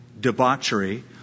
debauchery